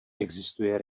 existuje